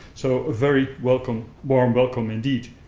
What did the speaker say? so a very welcome, warm welcome, indeed.